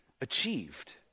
achieved